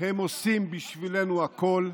הם עושים בשבילנו הכול,